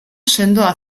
sendoa